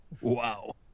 Wow